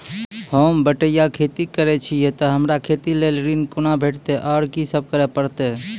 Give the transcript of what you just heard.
होम बटैया खेती करै छियै तऽ हमरा खेती लेल ऋण कुना भेंटते, आर कि सब करें परतै?